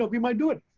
we might do it.